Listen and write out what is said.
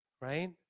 Right